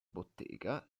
bottega